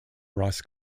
ross